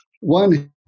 One